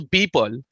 people